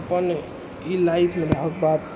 अपन ई लाइफमे रहै बात